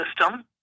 system